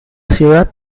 ciudad